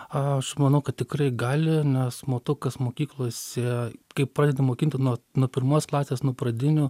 aš manau kad tikrai gali nes matau kas mokyklose kai pradedi mokinti nuo nuo pirmos klasės nuo pradinių